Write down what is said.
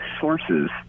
sources